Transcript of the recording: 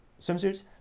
swimsuits